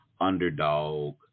underdog